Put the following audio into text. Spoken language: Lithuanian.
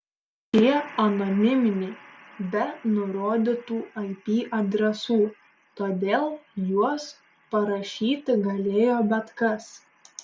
šie anoniminiai be nurodytų ip adresų todėl juos parašyti galėjo bet kas